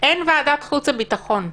אין ועדת חוץ וביטחון.